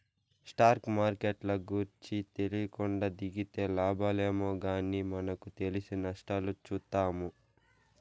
stock మార్కెట్ల గూర్చి తెలీకుండా దిగితే లాబాలేమో గానీ మనకు తెలిసి నష్టాలు చూత్తాము